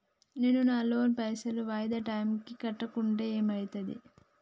నేను నా లోన్ పైసల్ వాయిదా టైం కి కట్టకుంటే ఏమైతది?